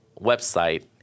website